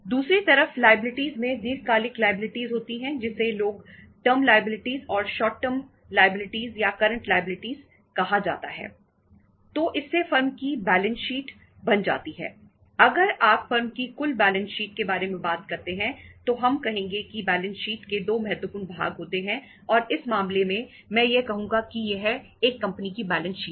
दूसरी तरफ लायबिलिटीज में दीर्घकालिक लायबिलिटी के दो महत्वपूर्ण भाग होते हैं और इस मामले में मैं यह कहूंगा कि यहां एक कंपनी की बैलेंस शीट है